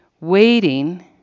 waiting